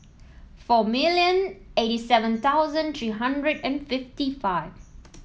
four million eighty seven thousand three hundred and fifty five